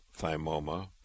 thymoma